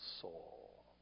soul